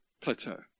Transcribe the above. plateau